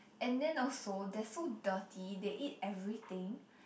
and then also they're so dirty they eat everything